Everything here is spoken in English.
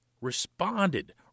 responded